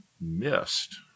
missed